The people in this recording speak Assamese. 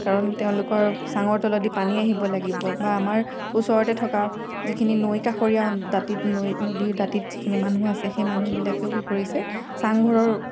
কাৰণ তেওঁলোকৰ চাঙৰ তলেদি পানী আহিব লাগিব বা আমাৰ ওচৰতে থকা যিখিনি নৈ কাষৰীয়া দাঁতিত নৈ নদীৰ দাঁতিত যিখিনি মানুহ আছে সেই মানুহবিলাকেও কি কৰিছে চাংঘৰৰ